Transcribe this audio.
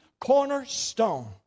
cornerstone